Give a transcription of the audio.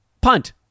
punt